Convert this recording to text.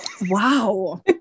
Wow